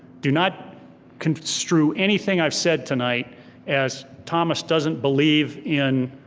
do not construe anything i've said tonight as thomas doesn't believe in